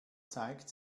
zeigt